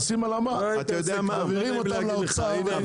מעבירים אותם לאוצר.